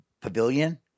Pavilion